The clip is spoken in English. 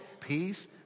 peace